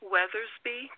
Weathersby